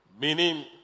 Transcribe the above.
Meaning